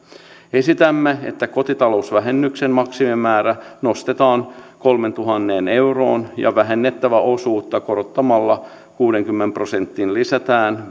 esitämme että kotitalousvähennyksen maksimimäärä nostetaan kolmeentuhanteen euroon ja vähennettävää osuutta korottamalla kuuteenkymmeneen prosenttiin lisätään